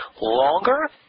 longer